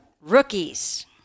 rookies